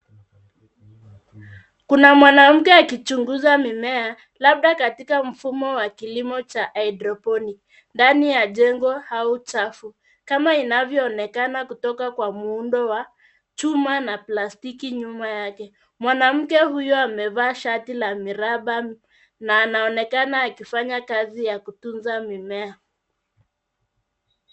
Kuna mwanamke anayechunguza mimea, labda katika mfumo wa kilimo cha hydroponic , ndani ya jengo au chafu, kama inavyoonekana kutoka kwa muundo wa chuma na plastiki nyuma yake. Mwanamke huyu amevaa shati lenye miraba, na anaonekana akifanya kazi ya kutunza mimea.